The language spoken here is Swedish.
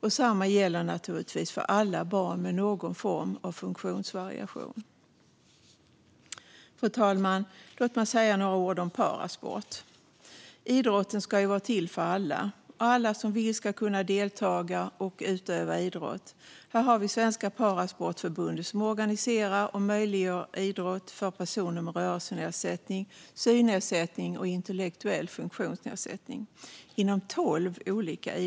Detsamma gäller naturligtvis för alla barn med någon form av funktionsvariation. Fru talman! Låt mig även säga några ord om parasport. Idrotten ska vara till för alla. Alla som vill ska kunna delta i och utöva idrott. Svenska Parasportförbundet organiserar och möjliggör för idrott inom tolv olika idrotter för personer med rörelsenedsättning, synnedsättning och intellektuell funktionsnedsättning.